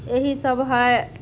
इहे सब हइ